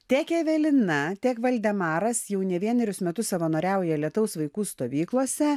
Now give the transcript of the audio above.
tiek evelina tiek valdemaras jau ne vienerius metus savanoriauja lietaus vaikų stovyklose